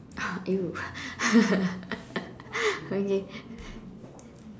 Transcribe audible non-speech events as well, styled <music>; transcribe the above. !eww! <laughs> I mean